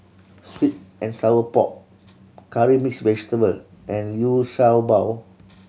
sweet and sour pork curry mix vegetable and Liu Sha Bao